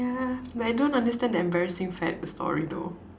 yeah but I don't understand the embarrassing fad story though